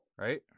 Right